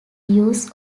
use